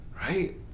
right